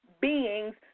beings